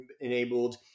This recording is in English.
enabled